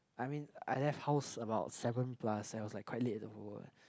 I mean I left house about seven plus and was like quite late